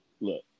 Look